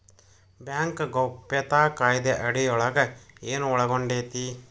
Bank ಗೌಪ್ಯತಾ ಕಾಯಿದೆ ಅಡಿಯೊಳಗ ಏನು ಒಳಗೊಂಡೇತಿ?